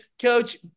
Coach